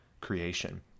creation